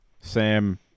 Sam